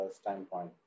standpoint